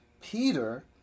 peter